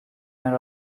yer